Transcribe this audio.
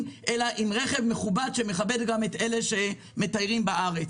אלא עם רכב מכובד שמכבד גם את אלה שמתיירים בארץ.